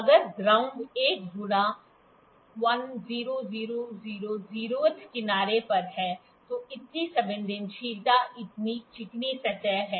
अगर ग्राउंड 1 गुणा 10000 thकिनारे पर है तो इतनी संवेदनशीलता इतनी चिकनी सतह है